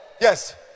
Yes